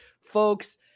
Folks